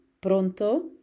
Pronto